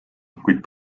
kuid